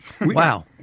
Wow